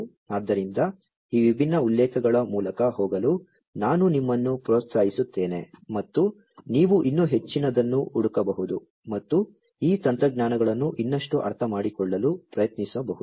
ಆದ್ದರಿಂದ ಈ ವಿಭಿನ್ನ ಉಲ್ಲೇಖಗಳ ಮೂಲಕ ಹೋಗಲು ನಾನು ನಿಮ್ಮನ್ನು ಪ್ರೋತ್ಸಾಹಿಸುತ್ತೇನೆ ಮತ್ತು ನೀವು ಇನ್ನೂ ಹೆಚ್ಚಿನದನ್ನು ಹುಡುಕಬಹುದು ಮತ್ತು ಈ ತಂತ್ರಜ್ಞಾನಗಳನ್ನು ಇನ್ನಷ್ಟು ಅರ್ಥಮಾಡಿಕೊಳ್ಳಲು ಪ್ರಯತ್ನಿಸಬಹುದು